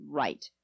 right